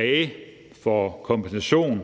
at få kompensation,